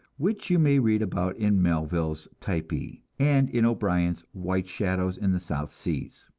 which you may read about in melville's typee, and in o'brien's white shadows in the south seas.